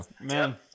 Man